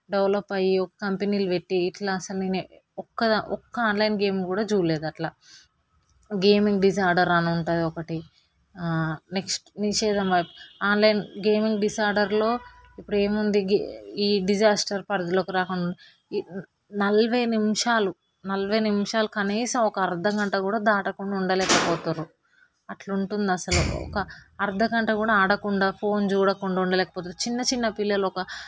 develop అయ్యి కంపెనీలో పెట్టి ఇట్లా అన్ని ఒక్క ఒక్క ఆన్లైన్ గేమ్ చూడలేదు అట్లా గేమింగ్ డిసార్డర్ అని ఉంటుంది ఒకటి నెక్స్ట్ ఆన్లైన్ గేమింగ్ డిసార్డర్లో ఇప్పుడు ఏముంది ఈ డిసార్డర్ పరిధిలోకి రాకుండా నలభై నిమిషాలు నలభై నిమిషాలు కనీసం ఒక అర్థగంట కూడా దాటకుండా ఉండలేకపోతుర్రు అట్లుంటుంది అసలు ఒక అర్ధ గంట కూడా ఆడకుండా ఫోన్ చూడకుండా ఉండలేకపోతుర్రు చిన్నచిన్న పిల్లలు ఒక